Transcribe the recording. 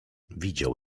widział